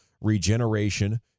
regeneration